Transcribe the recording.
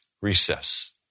recess